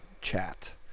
chat